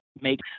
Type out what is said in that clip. makes